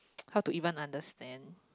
how to even understand